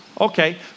Okay